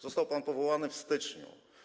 Został pan powołany w styczniu.